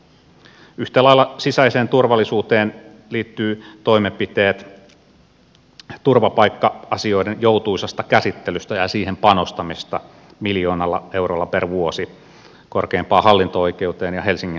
yhtä lailla sisäisen turvallisuuteen liittyvät toimenpiteet turvapaikka asioiden joutuisasta käsittelystä ja siihen panostamisesta miljoonalla eurolla per vuosi korkeimpaan hallinto oikeuteen ja helsingin hallinto oikeuteen